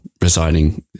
Resigning